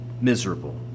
miserable